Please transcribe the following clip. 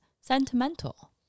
Sentimental